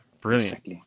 Brilliant